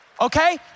Okay